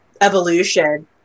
evolution